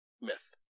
myth